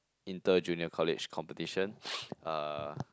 inter junior college competition uh